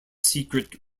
secret